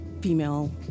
female